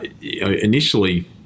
initially